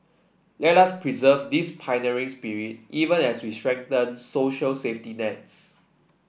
let us preserve this pioneering spirit even as we strengthen social safety nets